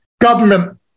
government